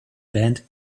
band